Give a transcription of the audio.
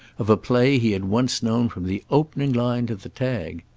of a play he had once known from the opening line to the tag.